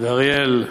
ואריאל,